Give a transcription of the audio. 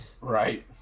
right